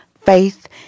faith